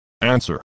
Answer